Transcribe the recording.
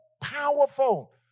powerful